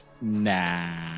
Nah